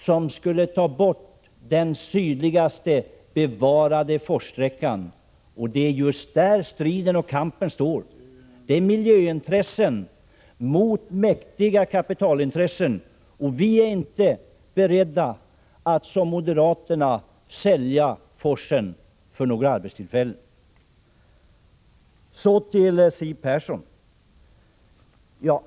Det innebär att den sydligaste bevarade forssträckan skulle tas bort, och det är just om den som striden står, mellan miljöintressen och mäktiga kapitalintressen. Vi är i utskottsmajoriteten inte beredda att, som moderaterna, sälja forsen för några arbetstillfällen.